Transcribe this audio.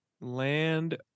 Land